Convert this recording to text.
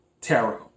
Tarot